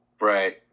Right